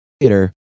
later